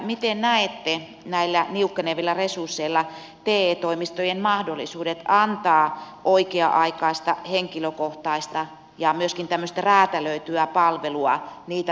miten näette näillä niukkenevilla resursseilla te toimistojen mahdollisuudet antaa oikea aikaista henkilökohtaista ja myöskin tämmöistä räätälöityä palvelua sitä tarvitseville